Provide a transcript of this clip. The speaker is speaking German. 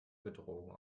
bedrohung